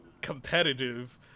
competitive